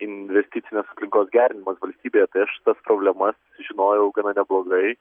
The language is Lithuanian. investicinės aplinkos gerinimas valstybėje tai aš tas problemas žinojau gana neblogai